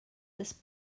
this